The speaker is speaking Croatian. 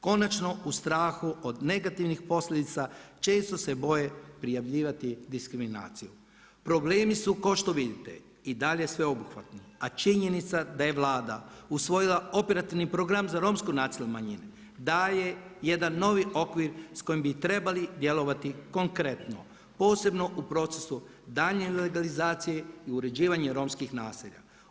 Konačno u strahu od negativnih posljedica često se boje prijavljivati diskriminaciju.“ Problemi su kao što vidite i dalje sveobuhvatni a činjenica je da je Vlada usvojila operativni program za romsku nacionalnu manjinu daje jedan novi okvir s kojim bi trebali djelovati konkretno, posebno u procesu daljnje legalizacije i uređivanja romskih naselja.